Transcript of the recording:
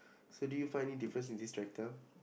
so do you find any difference in this tractor